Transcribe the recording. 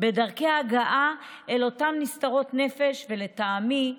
בדרכי ההגעה אל אותן נסתרות נפש, ולטעמי,